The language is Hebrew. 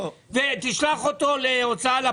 ותשלח אותו להוצאה לפועל?